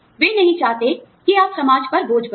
वे नहीं चाहते कि आप समाज पर बोझ बने